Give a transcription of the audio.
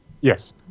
Yes